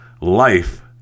Life